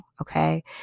okay